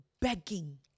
begging